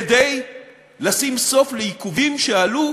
כדי לשים סוף לעיכובים שעלו